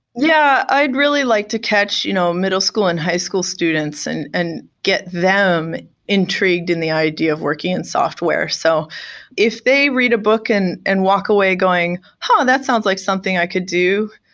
yeah. i'd really like to catch you know middle school and high school students and and get them intrigued in the idea of working in software. so if they read a book and and walk away going, huh, that sounds like something i could do,